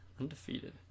Undefeated